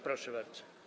Proszę bardzo.